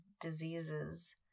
diseases